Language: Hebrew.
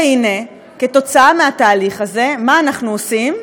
והנה, כתוצאה מהתהליך הזה, מה אנחנו עושים?